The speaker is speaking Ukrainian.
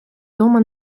дома